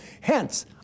Hence